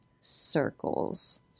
circles